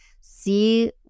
See